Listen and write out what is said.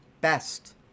best